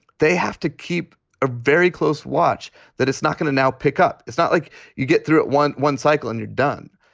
they have to keep a very close watch that it's not going to now pick up. it's not like you get through one one cycle and you're done.